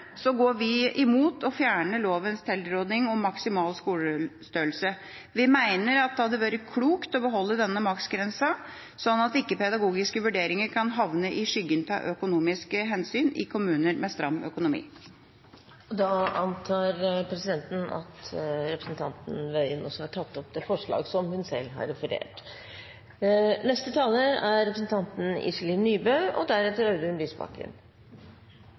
så lenge barnet har bosted i Norge. Uansett mener vi at det er usikkert om det er forvaltningen eller barnet denne lovendringen ivaretar best, og derfor har vi bedt om en utredning i eget forslag. Til slutt: Vi går imot å fjerne lovens tilråding om maksimal skolestørrelse. Vi mener at det hadde vært klokt å beholde denne maksgrensa, slik at ikke pedagogiske vurderinger kan havne i skyggen av økonomiske hensyn i kommuner med stram økonomi. Da